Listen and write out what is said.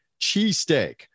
cheesesteak